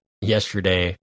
yesterday